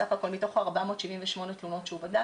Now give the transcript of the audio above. בסך הכול, מתוך 478 תלונות שהוא בדק.